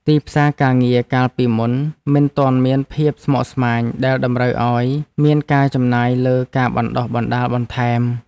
ទីផ្សារការងារកាលពីមុនមិនទាន់មានភាពស្មុគស្មាញដែលតម្រូវឱ្យមានការចំណាយលើការបណ្ដុះបណ្ដាលបន្ថែម។